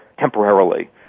Temporarily